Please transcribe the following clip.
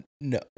no